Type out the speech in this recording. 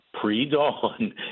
pre-dawn